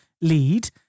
lead